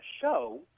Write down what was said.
show